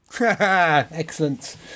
Excellent